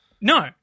No